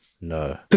No